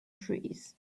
trees